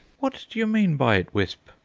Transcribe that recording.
what do you mean by it, wisp?